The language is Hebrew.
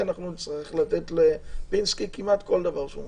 אנחנו נצטרך לתת לפינסקי כמעט כל דבר שהוא מבקש.